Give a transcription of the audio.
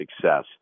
success